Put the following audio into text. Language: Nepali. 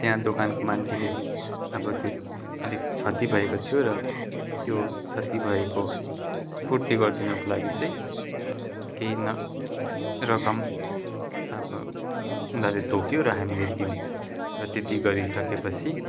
त्यहाँ दोकानको मान्छेले अब त्यो अलिक क्षति भएको थियो र त्यो क्षति भएको पुर्ति गरिदिनुको लागि चाहिँ केही न रकम अब उनीहरूले तोक्यो र हामीले दियौँ र त्यति गरिसकेपछि